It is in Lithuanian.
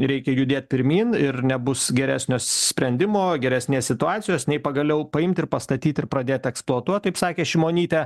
reikia judėt pirmyn ir nebus geresnio sprendimo geresnės situacijos nei pagaliau paimti ir pastatyti ir pradėt eksploatuot kaip sakė šimonytė